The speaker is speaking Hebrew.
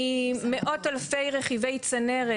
ממאות אלפי רכיבי צנרת,